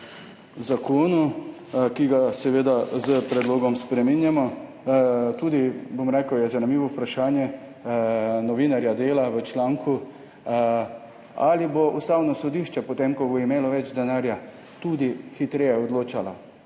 zakonu, ki ga seveda s predlogom spreminjamo, zanimivo je tudi vprašanje novinarja Dela v članku, ali bo Ustavno sodišče potem, ko bo imelo več denarja, tudi hitreje odločalo.